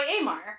Amar